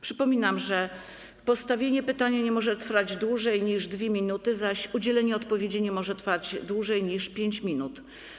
Przypominam, że postawienie pytania nie może trwać dłużej niż 2 minuty, zaś udzielenie odpowiedzi nie może trwać dłużej niż 5 minut.